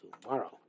tomorrow